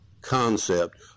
concept